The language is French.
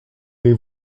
les